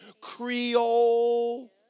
Creole